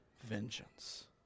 vengeance